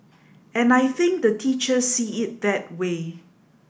and I think the teachers see it that way